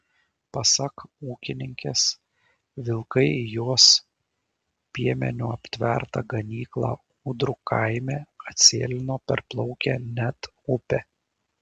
pasak ūkininkės vilkai į jos piemeniu aptvertą ganyklą ūdrų kaime atsėlino perplaukę net upę